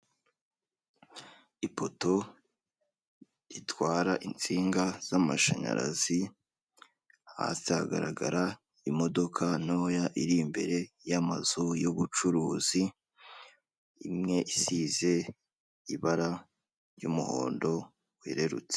Ipoto itwara insinga z'amashanyarazi, hasi hagaragara imodoka ntoya iri imbere y'amazu y'ubucuruzi, imwe isize ibara ry'umuhondo werurutse.